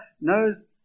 knows